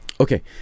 Okay